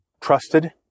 trusted